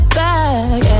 back